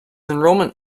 enrolment